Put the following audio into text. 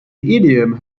idiom